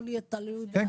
לא להיות תלוי" כן,